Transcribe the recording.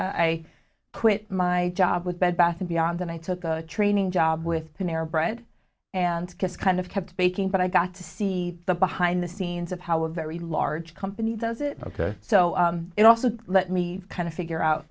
i quit my job with bed bath and beyond and i took a training job with thin air bread and kiss kind of kept baking but i got to see the behind the scenes of how a very large company does it so it also let me kind of figure out